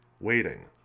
waiting